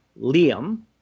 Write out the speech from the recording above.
Liam